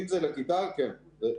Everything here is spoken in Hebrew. אם זה לכיתה, כן.